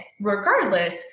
Regardless